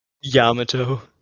Yamato